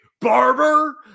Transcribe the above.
barber